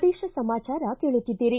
ಪ್ರದೇಶ ಸಮಾಚಾರ ಕೇಳುತ್ತಿದ್ದೀರಿ